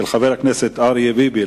של חבר הכנסת אריה ביבי,